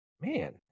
man